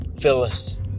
Phyllis